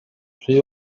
rhy